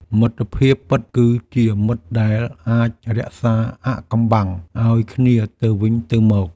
មិត្តភាពពិត គឺជាមិត្តដែលអាចរក្សាអាថ៌កំបាំងឱ្យគ្នាទៅវិញទៅមក។